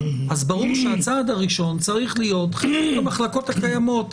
אז ברור שהצעד הראשון צריך להיות חיזוק המחלקות הקיימות.